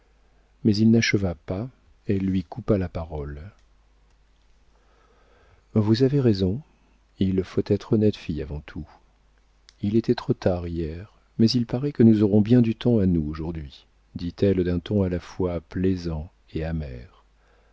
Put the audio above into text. mais il n'acheva pas elle lui coupa la parole vous avez raison il faut être honnête fille avant tout il était trop tard hier mais il paraît que nous aurons bien du temps à nous aujourd'hui dit-elle d'un ton à la fois plaisant et amer